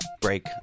Break